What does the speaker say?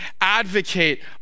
advocate